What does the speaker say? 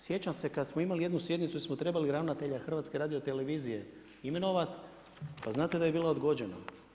Sjećam se kada smo imali jednu sjednicu jer smo trebali ravnatelja HRT-a imenovati pa znate da je bila odgođena.